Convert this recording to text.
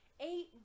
Eight